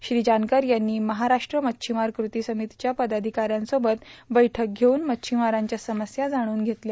श्री जानकर यांनी महाराष्ट्र मच्छीमार कृती समितीच्या पदाधिकाऱ्यांसोबत बैठक घेऊन मच्छीमारांच्या समस्या जाणून घेतल्या